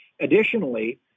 Additionally